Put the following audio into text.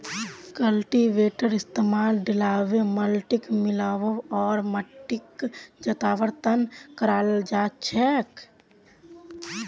कल्टीवेटरेर इस्तमाल ढिलवा माटिक मिलव्वा आर माटिक जोतवार त न कराल जा छेक